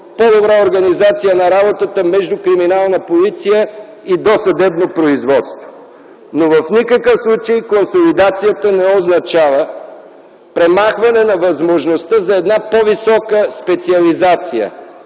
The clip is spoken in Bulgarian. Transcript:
по-добра организация на работата между криминална полиция и досъдебно производство. В никакъв случай консолидацията не означава премахване на възможността за една по-висока специализация,